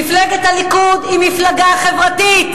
מפלגת הליכוד היא מפלגה חברתית,